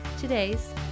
today's